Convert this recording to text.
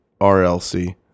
RLC